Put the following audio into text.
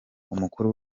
umukuru